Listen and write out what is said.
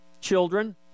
children